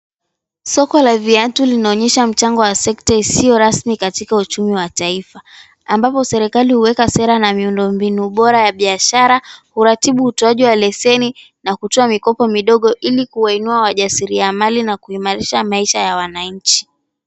Soko la viatu linaonyesha mchango wa sekta isiyo rasmi katika uchumi wa taifa, ambapo serikali huweka sera na miundombinu ubora wa biashara huratibu utoaji wa leseni, na kutoa mikopo midogo, ili kuwainua wajasiriamali na kuimarisha maisha ya wananchi.